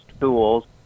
tools